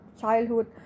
childhood